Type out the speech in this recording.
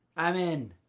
i'm in.